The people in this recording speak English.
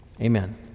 Amen